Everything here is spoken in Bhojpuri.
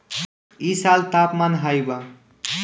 इ साल तापमान हाई बा